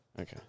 Okay